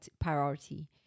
priority